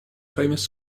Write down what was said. famous